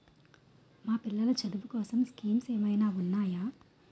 మా పిల్లలు చదువు కోసం స్కీమ్స్ ఏమైనా ఉన్నాయా?